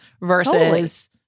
versus